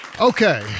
Okay